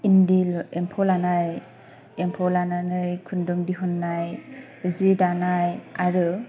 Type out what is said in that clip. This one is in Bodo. इन्दि एम्फौ लानाय एम्फौ लानानै खुन्दुं दिहुन्नाय जि दानाय आरो